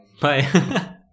Bye